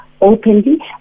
openly